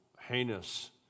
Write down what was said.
heinous